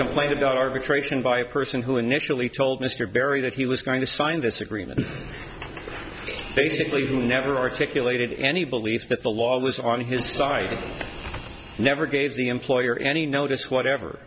complaint about arbitration by a person who initially told mr barry that he was going to sign this agreement basically who never articulated any belief that the law was on his side and never gave the employer any notice whatever